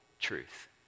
Truth